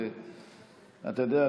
אתה יודע,